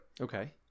Okay